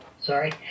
Sorry